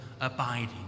abiding